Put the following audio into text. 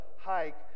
hike